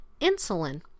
insulin